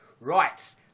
Right